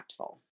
impactful